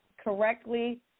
correctly